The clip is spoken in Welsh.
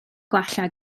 gwella